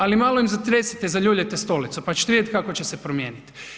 Ali, malo im zatresite, zaljuljajte stolicu pa ćete vidjeti kako će se promijeniti.